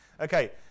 Okay